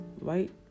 right